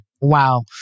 Wow